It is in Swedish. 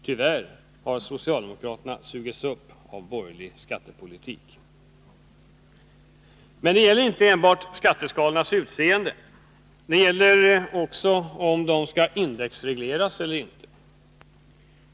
Tyvärr har socialdemokraterna sugits upp av borgerlig skattepolitik. Men det gäller inte enbart skatteskalornas utseende, det gäller också om de skall indexregleras eller inte.